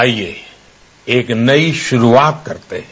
आईये एक नई शुरूआत करते है